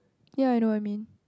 ya I know what you mean